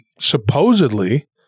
supposedly